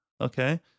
okay